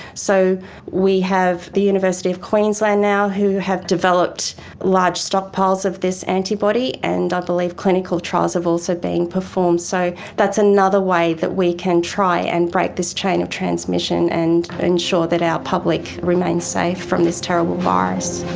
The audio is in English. so we have the university of queensland now who have developed large stockpiles of this antibody, and i believe clinical trials have also been performed. so that's another way that we can try and break this chain of transmission and ensure that our public remains safe from this terrible virus.